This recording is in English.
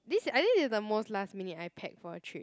this I think this is the most last minute I pack for a trip